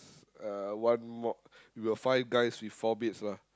uh one more we were five guys with four beds lah